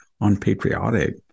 unpatriotic